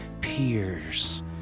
peers